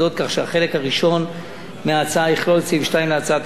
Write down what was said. כך שהחלק הראשון של ההצעה יכלול את סעיף 2 להצעת החוק,